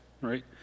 right